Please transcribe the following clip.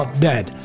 Dead